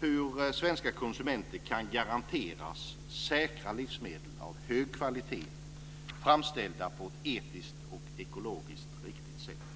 hur svenska konsumenter kan garanteras säkra livsmedel av hög kvalitet, framställda på ett etiskt och ekologiskt riktigt sätt.